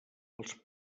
els